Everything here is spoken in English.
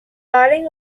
baring